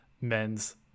men's